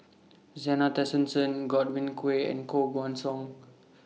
Zena Tessensohn Godwin Koay and Koh Guan Song